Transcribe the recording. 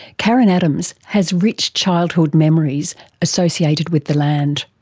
karen adams has rich childhood memories associated with the land.